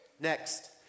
Next